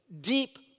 deep